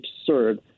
absurd